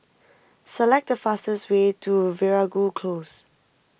select the fastest way to Veeragoo Close